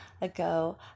ago